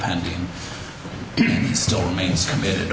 pending he still remains committed